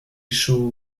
issue